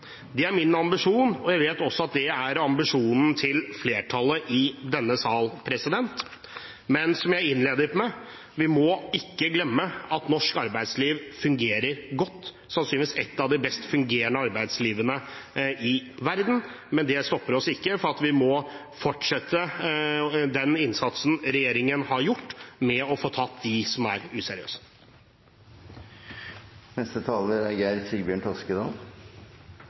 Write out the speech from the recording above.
Det er min ambisjon, og jeg vet også at det er ambisjonen til flertallet i denne sal. Men som jeg innledet med, må vi ikke glemme at norsk arbeidsliv fungerer godt og sannsynligvis er av de best fungerende arbeidsliv i verden. Men det stopper oss ikke, for vi må fortsette den innsatsen regjeringen har gjort med å få tatt dem som er useriøse. Det er